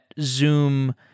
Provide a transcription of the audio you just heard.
Zoom